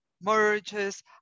merges